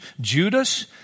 Judas